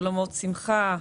אולמות שמחה,